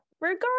regard